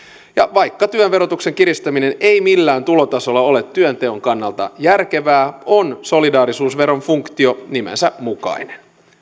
vaikka työn verotuksen kiristäminen ei millään tulotasolla ole työnteon kannalta järkevää on solidaarisuusveron funktio nimensä mukainen